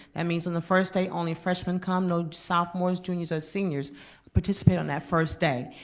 and means on the first day only freshman come. no sophomores, juniors or seniors participate on that first day.